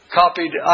copied